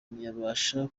ntiyabasha